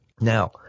Now